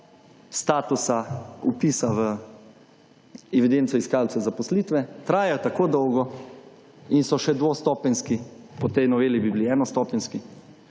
statusa vpisa v evidenco iskalcev zaposlitve traja tako dolgo in so še dvostopenjski, po tej noveli bi bili enostopenjski,